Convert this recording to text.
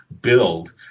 build